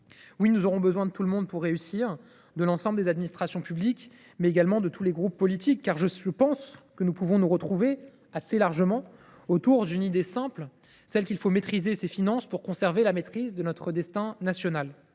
Oui, nous aurons besoin de tout le monde pour réussir. Nous aurons besoin de l’ensemble des administrations publiques, mais également de tous les groupes politiques, car je pense que nous pouvons nous retrouver autour d’une idée simple : il faut maîtriser nos finances pour conserver la maîtrise de notre destin national.